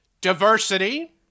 Diversity